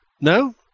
No